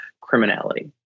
criminality